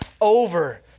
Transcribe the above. over